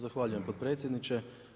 Zahvaljujem potpredsjedniče.